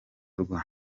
rwa